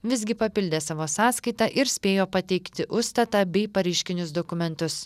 visgi papildė savo sąskaitą ir spėjo pateikti užstatą bei pareiškinius dokumentus